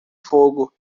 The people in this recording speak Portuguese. fogo